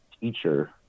teacher